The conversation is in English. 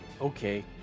Okay